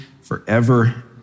forever